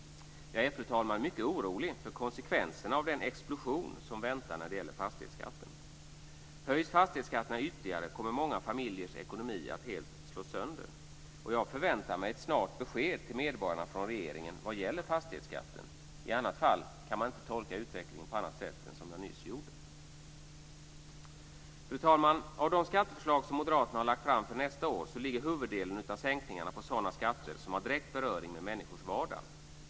Jag är mycket orolig för konsekvenserna av den explosion som väntar när det gäller fastighetsskatten. Höjs fastighetsskatterna ytterligare kommer många familjers ekonomi att helt slås sönder. Jag förväntar mig ett snart besked till medborgarna från regeringen när det gäller fastighetsskatten. I annat fall kan man inte tolka utvecklingen på annat sätt än som jag nyss gjorde. Fru talman! Av de skatteförslag moderaterna lagt fram för nästa år så ligger huvuddelen av sänkningarna på sådana skatter som har beröring med människors vardag.